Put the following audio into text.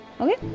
okay